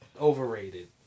overrated